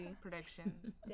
predictions